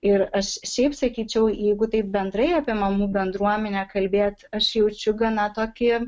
ir aš šiaip sakyčiau jeigu taip bendrai apie mamų bendruomenę kalbėti aš jaučiu gana tokį